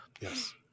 yes